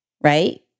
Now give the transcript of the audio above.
Right